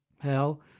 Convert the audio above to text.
hell